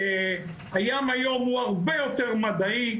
הים היום הוא הרבה יותר מדעי,